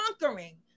conquering